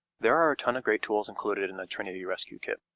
there are a ton of great tools included in the trinity rescue kit.